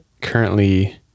Currently